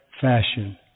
fashion